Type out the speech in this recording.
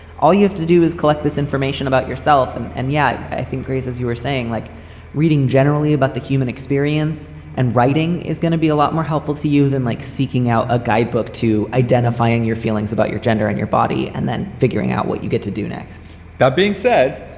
all you have to do is collect this information about yourself. and and yet, i think, grace, as you are saying, like reading generally about the human experience and writing is going to be a lot more helpful to you than like seeking out a guidebook to identifying your feelings about your gender and your body and then figuring out what you get to do next that being said,